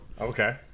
okay